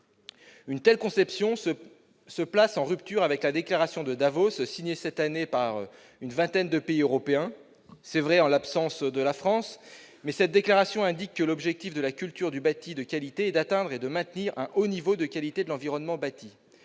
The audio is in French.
Une telle conception représente une rupture avec la déclaration de Davos signée cette année par une vingtaine de pays européens, mais non, il est vrai, par la France, et indiquant que l'objectif de la culture du bâti de qualité est d'atteindre et de maintenir un haut niveau de qualité de l'environnement bâti.